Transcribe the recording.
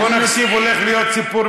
הולך להיות סיפור